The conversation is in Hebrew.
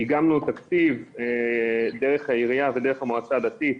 איגמנו תקציב דרך העירייה ודרך המועצה הדתית,